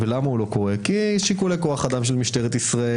הוא לא קורה כי יש שיקולי כוח אדם של משטרת ישראל,